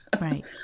Right